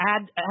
add